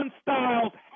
styles